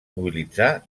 mobilitzar